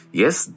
yes